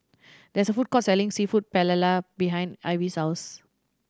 there's a food court selling Seafood Paella behind Ivy's house